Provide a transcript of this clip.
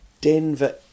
Denver